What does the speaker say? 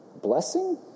Blessing